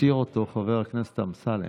הסתיר אותו חבר הכנסת אמסלם.